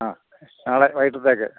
ആ നാളെ വൈകീട്ടത്തേക്ക്